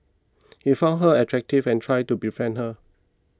he found her attractive and tried to befriend her